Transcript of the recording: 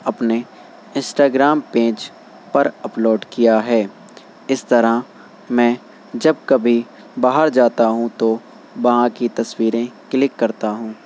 اپنے Instagram page پر upload کیا ہے اس طرح میں جب کبھی باہر جاتا ہوں تو وہاں کی تصویریں کلک کرتا ہوں